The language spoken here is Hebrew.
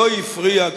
לא הפריע,